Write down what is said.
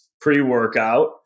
pre-workout